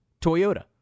Toyota